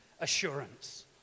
assurance